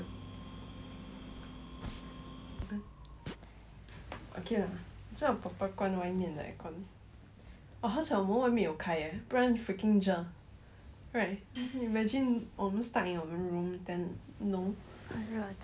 mmhmm 很热将